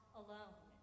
alone